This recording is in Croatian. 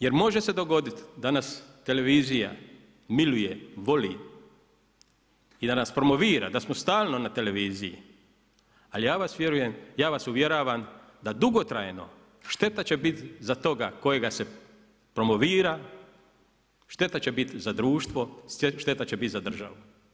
Jer može se dogoditi da nas Televizija miluje, voli i da nas promovira, da smo stalno na televiziji, ali ja vas uvjeravam da dugotrajno šteta će biti za toga kojega se promovira, šteta će biti za društvo, šteta će biti za državu.